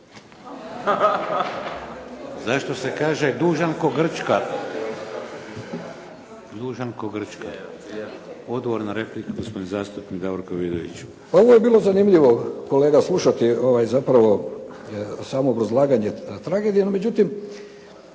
Zašto se kaže dužan kao Grčka? Odgovor na repliku, gospodin zastupnik Davorko Vidović. **Vidović, Davorko (SDP)** Ovo je bilo zanimljivo kolega slušati, zapravo samo obrazlaganje tragedije, no međutim